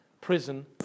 prison